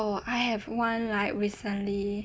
oh I have one like recently